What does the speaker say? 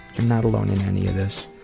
you're not alone in any of this,